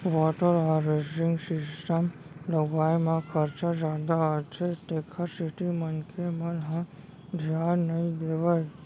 water harvesting system लगवाए म खरचा जादा आथे तेखर सेती मनखे मन ह धियान नइ देवय